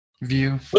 View